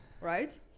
right